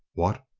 what!